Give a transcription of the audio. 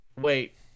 wait